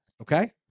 Okay